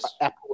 Apple